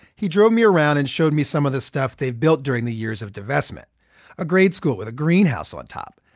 he drove me around and showed me some of this stuff they've built during the years of divestment a grade school with a greenhouse on top,